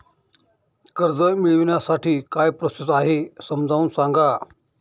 कर्ज मिळविण्यासाठी काय प्रोसेस आहे समजावून सांगा